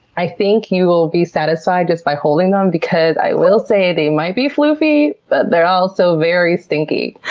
i think you will be satisfied just by holding them, because i will say, they might be floofy, but they're also very stinky.